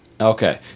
Okay